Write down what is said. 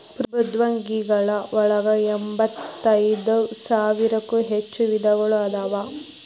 ಮೃದ್ವಂಗಿಗಳ ಒಳಗ ಎಂಬತ್ತೈದ ಸಾವಿರಕ್ಕೂ ಹೆಚ್ಚ ವಿಧಗಳು ಅದಾವ